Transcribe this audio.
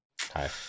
Hi